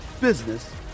business